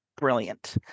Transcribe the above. brilliant